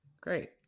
Great